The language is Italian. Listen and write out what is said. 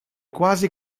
quasi